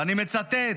ואני מצטט: